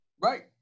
Right